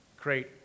Great